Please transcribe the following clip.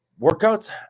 workouts